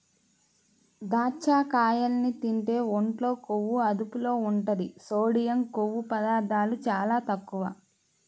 దాచ్చకాయల్ని తింటే ఒంట్లో కొవ్వు అదుపులో ఉంటది, సోడియం, కొవ్వు పదార్ధాలు చాలా తక్కువ